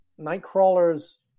Nightcrawler's